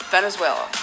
Venezuela